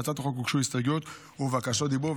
להצעת החוק הוגשו הסתייגויות ובקשות דיבור,